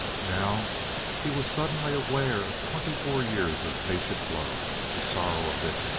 now he was suddenly aware of twenty-four years of patient love. the sorrow of it,